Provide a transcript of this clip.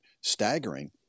staggering